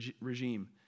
regime